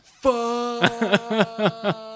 Fuck